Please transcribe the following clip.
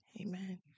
amen